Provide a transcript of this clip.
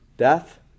Death